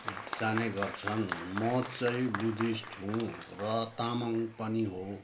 जाने गर्छन् म चाहिँ बुद्धिस्ट हुँ र तामाङ पनि हो